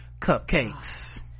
cupcakes